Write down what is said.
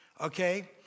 okay